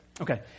Okay